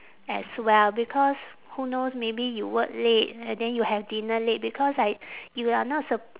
as well because who knows maybe you work late and then you have dinner late because like you are not sup~